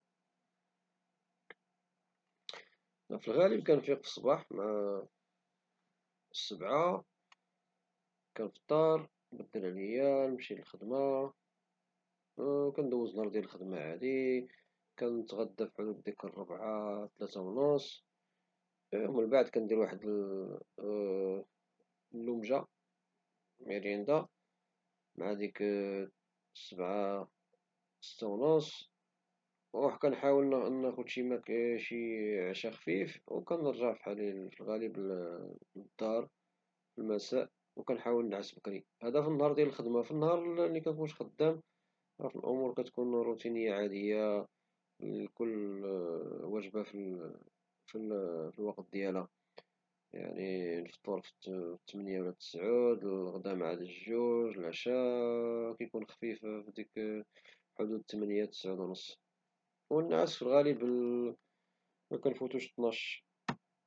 في الغالب كنفيق الصباح مع السابعة كتفطر نبدل علي كنمشي للخدمة او كندوز نهار ديال الخدمة عادي كنتغدى في حدود ديك الرابعة الثالثة ونص او من بعد كندير واحد الوجبة ميريندا مع ديك السابعة الستة ونص او كنحاول ناخد شي ماكلة شي عشا خفيف او كنرجع في الغالب فحالي للدار في المساء او كنحاول نعس بكري هدا فالنهار ديال الخدمة، فالنهار اللي مكنكونش خدام راه في الامور كتكون روتينية عادية كل وجبة في الوقت ديالها يعني الفطور في الثامنة والتسعود الغدا مع الجوج العشا كيكون خفيف فديك حدود التمنية التتسعود او نص او النعاس في الغالب مكنفوتوش الطناش